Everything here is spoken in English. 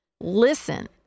listen